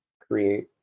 create